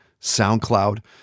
SoundCloud